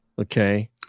Okay